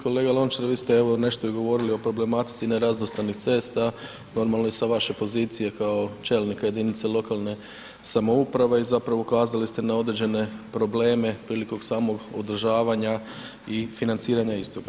Kolega Lončar, vi ste evo nešto i govorili o problematici nerazvrstanih cesta, normalno i sa vaše pozicije kao čelnika jedinice lokalne samouprave i zapravo ukazali ste na određene probleme prilikom samog održavanja i financiranja istog.